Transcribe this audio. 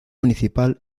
municipal